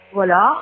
Voilà